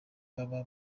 baba